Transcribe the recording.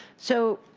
so,